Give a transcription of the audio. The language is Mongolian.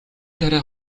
тариа